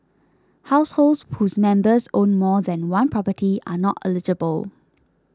households whose members own more than one property are not eligible